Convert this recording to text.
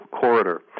corridor